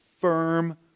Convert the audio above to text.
firm